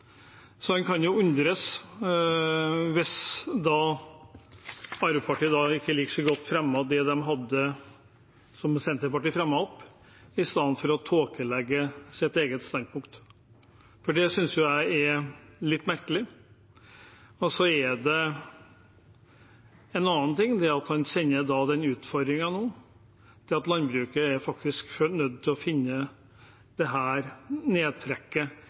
En kan jo undres over at Arbeiderpartiet ikke like så godt fremmer det de hadde, og som Senterpartiet også fremmet, i stedet for å tåkelegge sitt eget standpunkt. Det synes jeg er litt merkelig. En annen ting er at når man sender den utfordringen nå, er landbruket nødt til å finne nedtrekket av CO 2 på en annen måte enn det